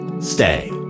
Stay